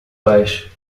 pais